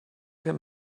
him